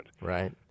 Right